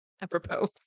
apropos